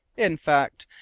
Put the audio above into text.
in fact,